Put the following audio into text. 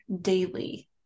daily